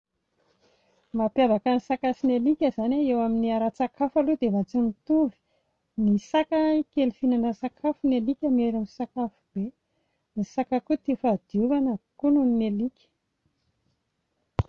Ny mampiavaka ny saka sy ny alika izany a, eo amin'ny ara-tsakafo aloha dia efa tsy mitovy, ny saka kely fihinana sakafo, ny alika mery misakafo be, ny saka tia fahadiovana kokoa noho ny alika.